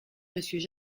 monsieur